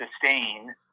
sustain